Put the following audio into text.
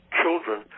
children